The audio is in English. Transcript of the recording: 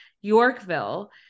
Yorkville